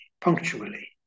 punctually